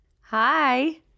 Hi